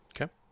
Okay